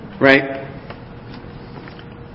Right